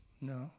No